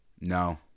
No